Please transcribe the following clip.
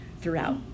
throughout